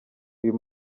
uyu